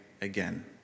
again